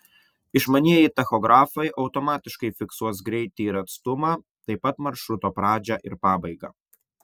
išmanieji tachografai automatiškai fiksuos greitį ir atstumą taip pat maršruto pradžią ir pabaigą